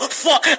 fuck